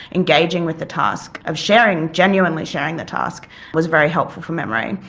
engaging with the task of sharing, genuinely sharing the task was very helpful for memory.